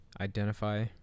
identify